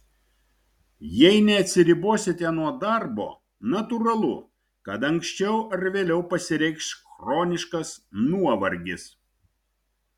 jei neatsiribosite nuo darbo natūralu kad anksčiau ar vėliau pasireikš chroniškas nuovargis